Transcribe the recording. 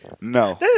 No